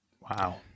Wow